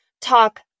talk